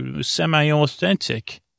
semi-authentic